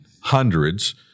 hundreds